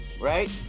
right